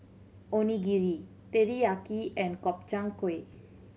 Onigiri Teriyaki and Gobchang Gui